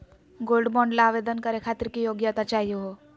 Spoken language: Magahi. गोल्ड बॉन्ड ल आवेदन करे खातीर की योग्यता चाहियो हो?